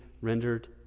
rendered